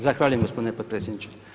Zahvaljujem gospodine potpredsjedniče.